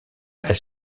elle